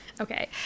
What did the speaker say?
Okay